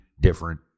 different